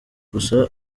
gusa